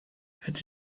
het